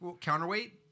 Counterweight